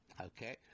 Okay